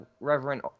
Reverend